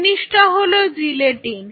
জিনিসটা হল জিলেটিন